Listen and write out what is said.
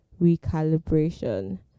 recalibration